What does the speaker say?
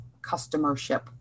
customership